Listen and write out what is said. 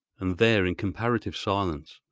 and there, in comparative silence,